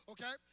Okay